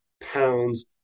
pounds